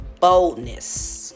boldness